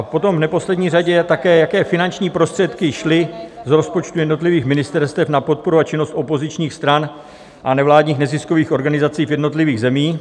Potom v neposlední řadě také, jaké finanční prostředky šly z rozpočtu jednotlivých ministerstev na podporu a činnost opozičních stran a nevládních neziskových organizací v jednotlivých zemích?